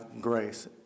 grace